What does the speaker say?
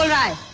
i